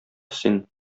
син